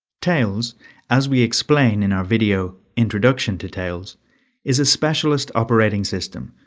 tails as we explain in our video introduction to tails is a specialist operating system,